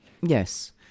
Yes